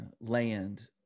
land